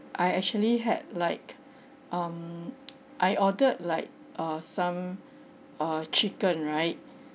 I actually had like um I ordered like uh some uh chicken right